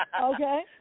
okay